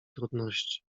trudności